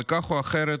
אבל כך או אחרת,